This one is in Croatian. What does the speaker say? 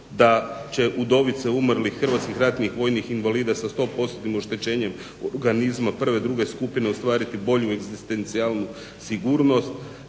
da će udovice umrlih hrvatskih ratnih vojnih invalida sa 100%-nim oštećenjem organizma prve i druge skupine ostvariti bolju egzistencijalnu sigurnost.